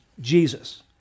Jesus